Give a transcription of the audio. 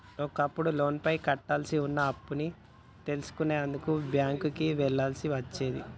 ఒకప్పుడు లోనుపైన కట్టాల్సి వున్న అప్పుని తెలుసుకునేందుకు బ్యేంకుకి వెళ్ళాల్సి వచ్చేది